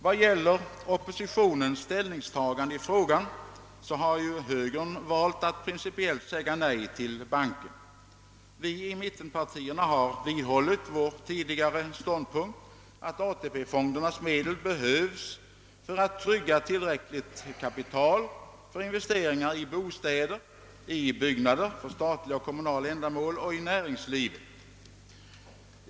Vad gäller oppositionens ställningstagande i frågan så har högern valt att principiellt säga nej till banken, Vi i mittenpartierna har vidhållit vår tidigare ståndpunkt att AP-fondernas medel behövs för att trygga tillräckligt kapital för investeringar i bostäder, i byggnader för statliga och kommunala ändamål och i näringslivet.